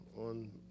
on